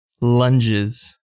lunges